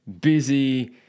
busy